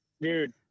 dude